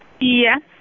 Yes